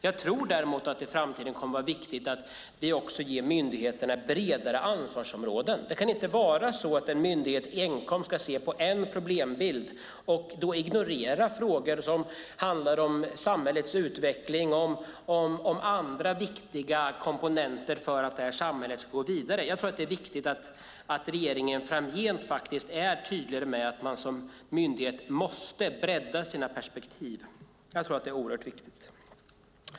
Jag tror att det i framtiden kommer att vara viktigt att ge myndigheterna bredare ansvarsområden. Det kan inte vara så att en myndighet enkom ska se på en problembild och då ignorera frågor som handlar om samhällets utveckling och andra viktiga komponenter för att samhället ska gå vidare. Jag tror att det är oerhört viktigt att regeringen framgent är tydligare med att man som myndighet måste bredda sina perspektiv.